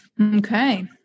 okay